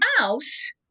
mouse